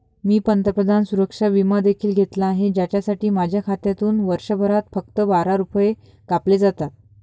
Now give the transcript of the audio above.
मी पंतप्रधान सुरक्षा विमा देखील घेतला आहे, ज्यासाठी माझ्या खात्यातून वर्षभरात फक्त बारा रुपये कापले जातात